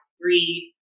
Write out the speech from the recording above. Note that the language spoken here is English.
breathe